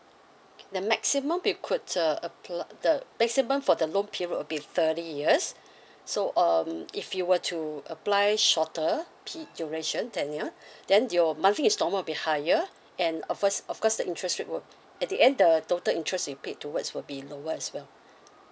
the maximum we could uh app~ the maximum for the loan period will be thirty years so um if you were to apply shorter pe~ duration tenure then your monthly instalment will be higher and of course of course the interest rate will at the end the total interest you paid towards will be lower as well